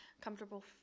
comfortable